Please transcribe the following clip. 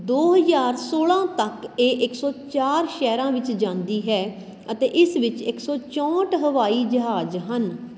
ਦੋ ਹਜ਼ਾਰ ਸੋਲਾਂ ਤੱਕ ਇਹ ਇਸ ਸੌ ਚਾਰ ਸ਼ਹਿਰਾਂ ਵਿੱਚ ਜਾਂਦੀ ਹੈ ਅਤੇ ਇਸ ਵਿੱਚ ਇੱਕ ਸੌ ਚੌਂਹਠ ਹਵਾਈ ਜਹਾਜ਼ ਹਨ